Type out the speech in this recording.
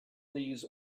these